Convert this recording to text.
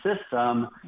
system